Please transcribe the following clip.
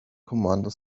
commander